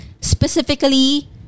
Specifically